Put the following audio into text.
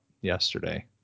yesterday